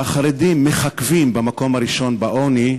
שהחרדים מככבים במקום הראשון בעוני,